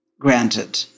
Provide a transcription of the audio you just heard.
granted